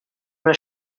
una